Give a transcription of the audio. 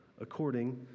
according